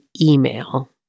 email